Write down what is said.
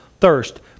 thirst